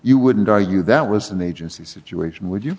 wouldn't argue that was an agency situation would you